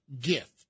gift